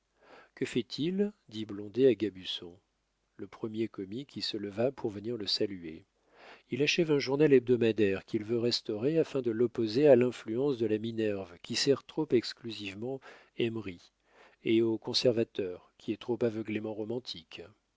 que fait-il dit blondet à gabusson le premier commis qui se leva pour venir le saluer il achète un journal hebdomadaire qu'il veut restaurer afin de l'opposer à l'influence de la minerve qui sert trop exclusivement eymery et au conservateur qui est trop aveuglément romantique